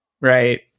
Right